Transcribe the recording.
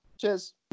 Cheers